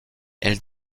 elle